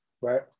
Right